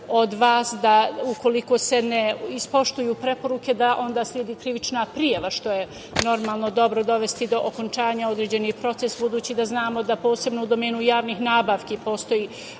da ukoliko se ne ispoštuju preporuke da onda sledi krivična prijava, što je normalno dobro dovesti do okončanja određeni proces, budući da znamo da posebno u domenu javnih nabavki postoji